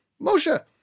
Moshe